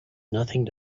nothing